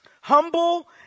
Humble